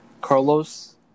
Carlos